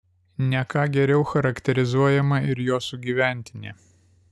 ne ką geriau charakterizuojama ir jo sugyventinė